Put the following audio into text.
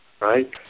right